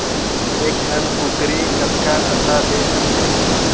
एक ठन कूकरी कतका अंडा दे सकथे?